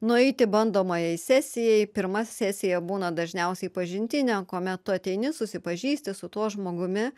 nueiti bandomąjai sesijai pirma sesija būna dažniausiai pažintinė kuomet tu ateini susipažįsti su tuo žmogumi